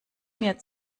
mir